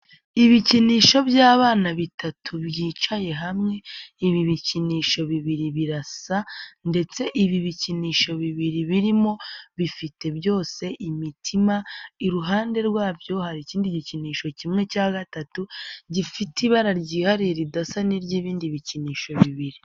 Ibikinisho by'abana bitatu byicaye hamwe, ibi bikinisho bibiri birasa ndetse ibi bikinisho bibiri birimo bifite byose imitima, iruhande rwabyo hari ikindi gikinisho kimwe cya gatatu gifite ibara ryihariye ridasa n'iry'ibindi bikinisho bibiri.